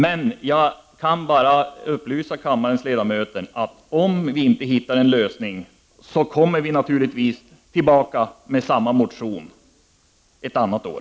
Men jag vill upplysa kammarens ledamöter om att om det inte går att hitta en lösning, kommer vi naturligtvis tillbaka med samma motion ett annat år.